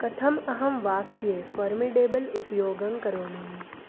कथम् अहं वाक्ये फ़र्मिडेबल् उपयोगं करोमि